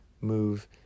move